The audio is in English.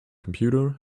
computer